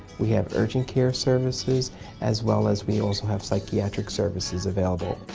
we have urgent care services as well as we also have psychiatric services available.